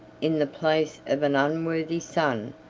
in the place of an unworthy son,